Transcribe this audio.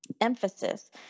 emphasis